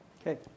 Okay